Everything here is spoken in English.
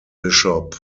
bishop